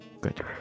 Good